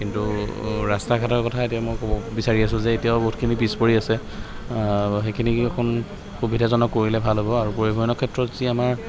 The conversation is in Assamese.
কিন্তু ৰাস্তা ঘাটৰ কথা এতিয়া মই ক'ব বিচাৰি আছোঁ যে এতিয়াও বহুতখিনি পিছ পৰি আছে সেইখিনি অকণ সুবিধাজনক কৰিলে ভাল হ'ব আৰু পৰিবহণনৰ ক্ষেত্ৰত যি আমাৰ